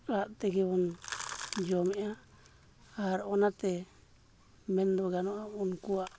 ᱟᱜ ᱛᱮᱜᱮᱵᱚᱱ ᱡᱚᱢᱮᱫᱟ ᱟᱨ ᱚᱱᱟᱛᱮ ᱢᱮᱱᱫᱚ ᱜᱟᱱᱚᱜᱼᱟ ᱩᱱᱠᱩᱣᱟᱜ